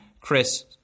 Chris